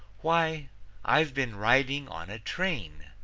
why i've been riding on a train,